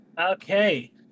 okay